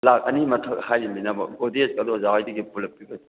ꯂꯥꯛ ꯑꯅꯤ ꯃꯊꯛ ꯍꯥꯏꯔꯤꯕꯅꯤꯅꯕ ꯒꯣꯗ꯭ꯔꯦꯖꯀꯥꯗꯣ ꯑꯣꯖꯥ ꯍꯣꯏꯗꯒꯤ ꯄꯨꯂꯞ